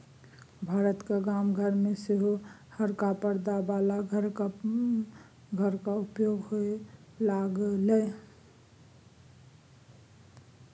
भारतक गाम घर मे सेहो हरका परदा बला घरक उपयोग होए लागलै